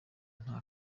nta